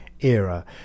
era